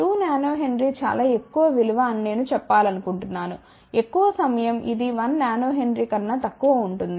2 nH చాలా ఎక్కువ విలువ అని నేను చెప్పాలనుకుంటున్నాను ఎక్కువ సమయం ఇది 1 nH కన్నా తక్కువ ఉంటుంది